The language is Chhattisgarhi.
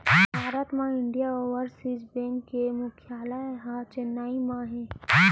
भारत म इंडियन ओवरसीज़ बेंक के मुख्यालय ह चेन्नई म हे